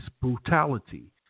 brutality